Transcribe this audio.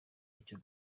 icyo